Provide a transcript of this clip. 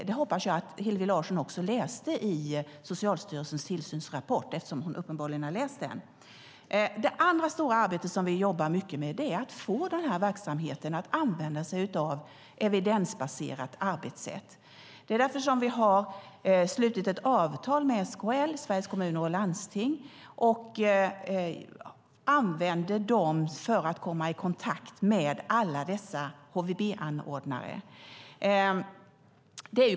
Detta hoppas jag att Hillevi Larsson också läste i Socialstyrelsens tillsynsrapport, eftersom hon uppenbarligen har läst den. Det andra stora arbete som vi jobbar mycket med är att få denna verksamhet att använda sig av ett evidensbaserat arbetssätt. Vi har slutit ett avtal med Sveriges Kommuner och Landsting, SKL, för att kunna komma i kontakt med alla HVB-anordnare.